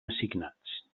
assignats